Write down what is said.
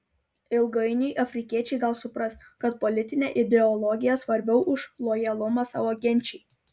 ilgainiui afrikiečiai gal supras kad politinė ideologija svarbiau už lojalumą savo genčiai